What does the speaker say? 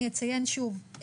אני אציין שוב,